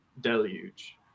deluge